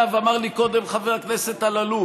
אגב, אמר לי קודם חבר הכנסת אלאלוף: